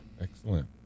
Excellent